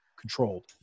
controlled